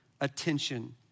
attention